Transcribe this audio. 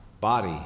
body